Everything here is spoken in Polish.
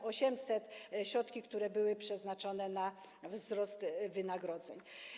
Chodzi o środki, które były przeznaczone na wzrost wynagrodzeń.